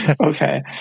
okay